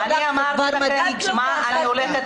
--- אני אמרתי מה אני הולכת לקדם.